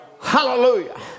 Hallelujah